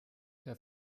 der